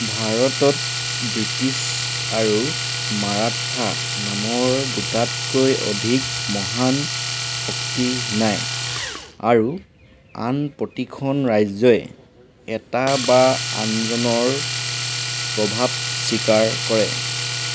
ভাৰতত ব্ৰিটিছ আৰু মাৰাথা নামৰ দুটাতকৈ অধিক মহান শক্তি নাই আৰু আন প্ৰতিখন ৰাজ্যই এটা বা আনজনৰ প্ৰভাৱ স্বীকাৰ কৰে